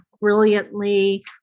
brilliantly